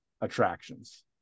attractions